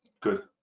Good